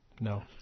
No